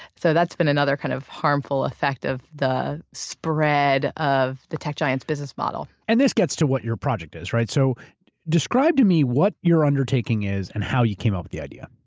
so that's been another kind of harmful effect of the spread of the tech giants business model. and this gets to what your project is, right? so describe to me what your undertaking is and how you came up with the idea?